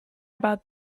about